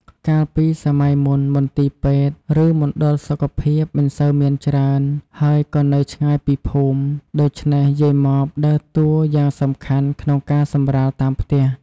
កាលពីសម័័យមុន មន្ទីរពេទ្យ ឬមណ្ឌលសុខភាពមិនសូវមានច្រើន ហើយក៏នៅឆ្ងាយពីភូមិ ដូច្នេះយាយម៉បដើរតួយ៉ាងសំខាន់ក្នុងការសម្រាលតាមផ្ទះ។